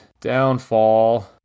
Downfall